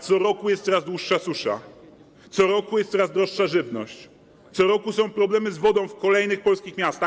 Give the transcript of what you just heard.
Co roku jest coraz dłuższa susza, co roku jest coraz droższa żywność, co roku są problemy z wodą w kolejnych polskich miastach.